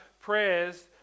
prayers